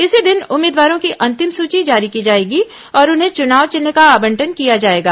इसी दिन उम्मीदवारों की अंतिम सूची जारी की जाएगी और उन्हें चुनाव विन्ह का आवंटन किया जाएगा